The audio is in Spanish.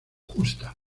justa